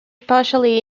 partially